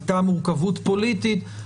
הייתה מורכבות פוליטית,